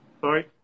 Sorry